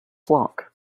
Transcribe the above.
flock